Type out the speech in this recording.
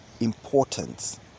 importance